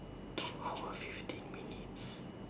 two hours fifteen minutes